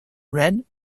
red